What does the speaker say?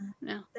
no